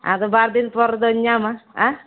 ᱟᱫᱚ ᱵᱟᱨ ᱫᱤᱱ ᱯᱚᱨ ᱫᱚ ᱧᱟᱢᱟ